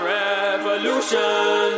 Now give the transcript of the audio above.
revolution